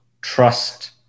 trust